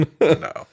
No